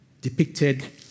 depicted